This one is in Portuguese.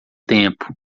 tempo